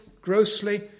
grossly